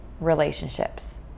relationships